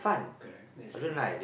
correct yes correct